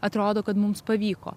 atrodo kad mums pavyko